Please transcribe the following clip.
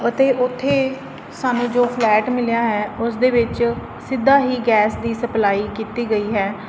ਅਤੇ ਉੱਥੇ ਸਾਨੂੰ ਜੋ ਫਲੈਟ ਮਿਲਿਆ ਹੈ ਉਸ ਦੇ ਵਿੱਚ ਸਿੱਧਾ ਹੀ ਗੈਸ ਦੀ ਸਪਲਾਈ ਕੀਤੀ ਗਈ ਹੈ